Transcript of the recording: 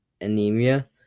anemia